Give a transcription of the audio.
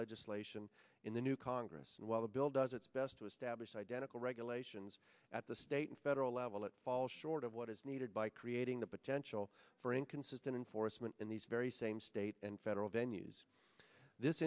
legislation in the new congress and while the bill does its best to establish identical regulations at the state and federal level that fall short of what is needed by creating the tensional for inconsistent enforcement in these very same state and federal venues this